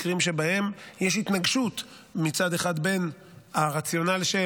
מקרים שבהם יש התנגשות מצד אחד בין הרציונל של